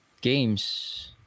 games